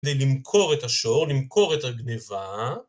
כדי למכור את השור, למכור את הגניבה.